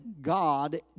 God